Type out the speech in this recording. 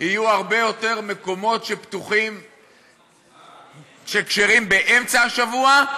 יהיו הרבה יותר מקומות כשרים באמצע השבוע,